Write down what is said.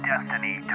destiny